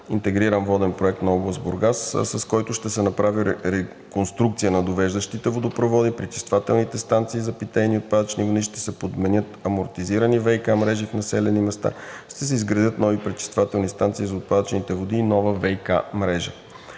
„Интегриран воден проект за област Бургас“, с който ще се направи реконструкция на довеждащите водопроводи и пречиствателните станции за питейни и отпадъчни води, ще се подменят амортизираните ВиК мрежи в населените места, ще се изградят нови пречиствателни станции за отпадъчните води и нова ВиК мрежа.